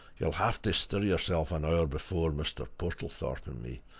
you'll have to stir yourself an hour before mr. portlethorpe and me.